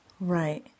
Right